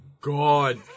God